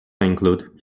include